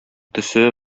төсе